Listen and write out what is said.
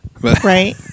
Right